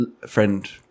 friend